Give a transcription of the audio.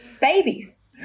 babies